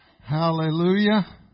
Hallelujah